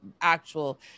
actual